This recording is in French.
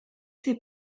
ses